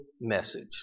message